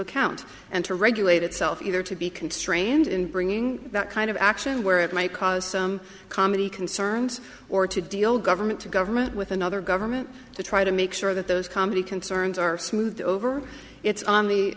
account and to regulate itself either to be constrained in bringing that kind of action where it might cause some comedy concerns or to deal government to government with another government to try to make sure that those comedy concerns are smoothed over it's on the